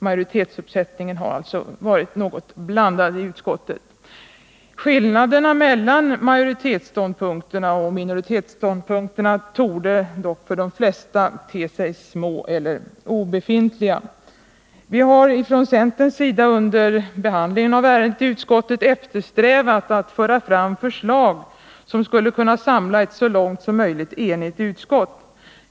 Majoritetsuppsättningen har alltså varit något blandad i utskottet. Skillnaderna mellan majoritetsståndpunkterna och minoritetsståndpunkterna torde dock för de flesta te sig små eller obefintliga. Vi har från centerns sida under behandlingen av ärendet i utskottet eftersträvat att föra fram förslag som skulle kunna samla ett så långt som möjligt enigt utskott.